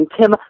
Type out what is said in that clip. Tim